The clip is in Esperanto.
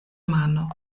mano